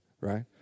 right